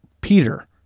Peter